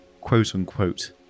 quote-unquote